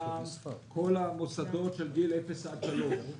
את כל המוסדות של גילאי לידה עד שלוש.